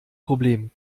problem